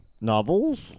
novels